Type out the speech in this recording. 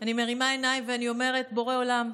אני מרימה עיניים ואני אומרת: בורא עולם,